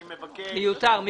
מיותר.